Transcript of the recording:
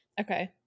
Okay